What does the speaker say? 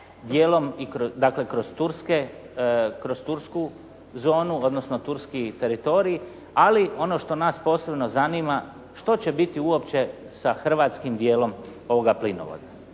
u Bugarskoj, Grčkoj, kroz tursku zonu odnosno turski teritorij. Ali ono što nas posebno zanima, što će biti uopće sa hrvatskim dijelom ovoga plinovoda.